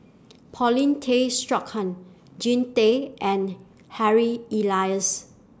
Paulin Tay Straughan Jean Tay and Harry Elias